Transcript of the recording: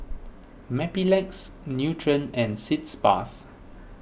Mepilex Nutren and Sitz Bath